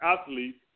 athletes